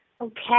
Okay